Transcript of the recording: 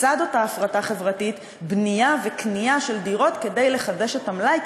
בצד אותה הפרטה חברתית: בנייה וקנייה של דירות כדי לחדש את המלאי,